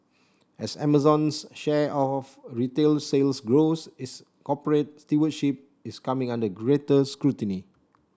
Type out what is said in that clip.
as Amazon's share of retail sales grows its corporate stewardship is coming under greater scrutiny